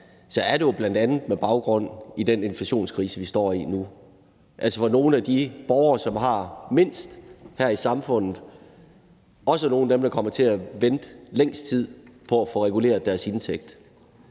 er det jo bl.a. med baggrund i den inflationskrise, vi står i nu, hvor nogle af de borgere, som har mindst her i samfundet, også er nogle af dem, der kommer til at vente længst tid på at få reguleret deres indtægt.